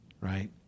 right